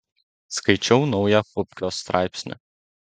skaičiau naują pupkio straipsnį